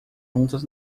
juntas